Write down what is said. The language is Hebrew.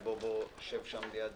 תשב ליד